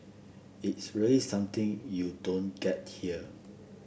it's really something you don't get here